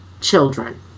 children